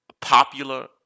popular